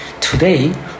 Today